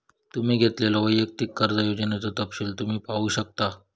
तुम्ही घेतलेल्यो वैयक्तिक कर्जा योजनेचो तपशील तुम्ही पाहू शकता